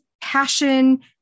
passion